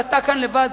ואתה כאן לבד,